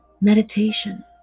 meditation